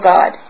God